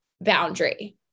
boundary